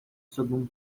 sobre